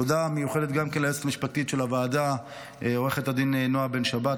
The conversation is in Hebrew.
תודה מיוחדת גם ליועצת המשפטית של הוועדה עו"ד נעה בן שבת,